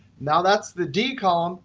now that's the d column.